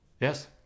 Yes